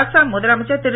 அசாம் முதலமைச்சர் திரு